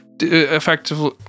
effectively